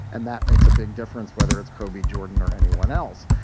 and that makes a big difference, whether it's kobe jordan or anyone else.